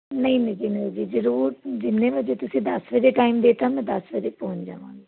ਨਈਂ ਨਈਂ ਜੀ ਨਈਂ ਜੀ ਜਰੂਰ ਜਿੰਨੇ ਵਜੇ ਤੁਸੀਂ ਦਸ ਵਜੇ ਟਾਈਮ ਦੇਤਾ ਮੈਂ ਦਸ ਵਜੇ ਪਹੁੰਚ ਜਾਵਾਂਗੇ